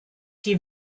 die